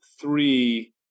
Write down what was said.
three